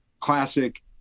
classic